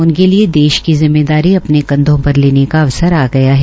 उनके लिये देश की जिम्मेदारी अपने कंधों पर लेने का अवसर आ गया है